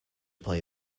play